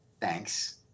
thanks